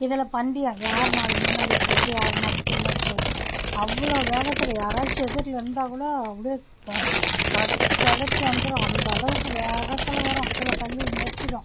இதில் பந்தியம் யார் மாடு முன்னாடி போது யார் மாடு பின்னாடி போது அவ்வளோ வேகத்தில் யாராச்சும் எதிரில் இருந்தால் கூட அப்படியே கடித்து கொதறிட்டு வந்துரும் அந்த அளவுக்கு வேகத்தில் வரும் கீழே தள்ளி மிதிச்சிடும்